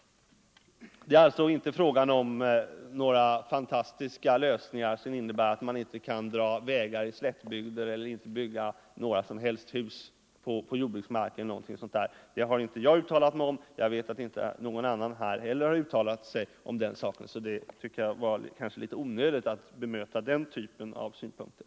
Det är alltså inte fråga om några fantastiska lösningar, som innebär att man inte kan dra vägar i slättbygder eller bygga några som helst hus på jordbruksmark. Det har inte jag sagt, och jag vet att inte heller någon har sagt så. Det var kanske litet onödigt av statsrådet att bemöta den typen av synpunkter.